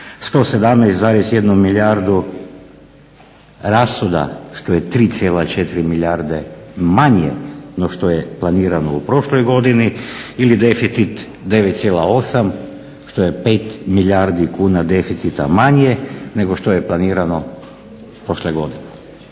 117,1 milijardu rashoda što je 3,4 milijarde manje no što je planirano u prošloj godini ili deficit 9,8 što je 5 milijardi kuna deficita manje nego što je planirano prošle godine.